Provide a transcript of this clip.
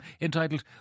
entitled